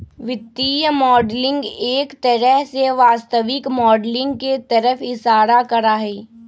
वित्तीय मॉडलिंग एक तरह से वास्तविक माडलिंग के तरफ इशारा करा हई